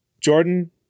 Jordan